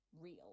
real